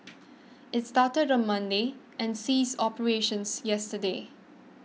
it started on Monday and ceased operations yesterday